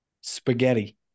Spaghetti